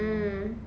mm